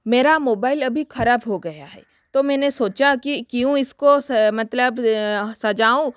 मेरा मोबाइल अभी खराब हो गया है तो मैंने सोचा कि क्यों इसको मतलब सजाऊँ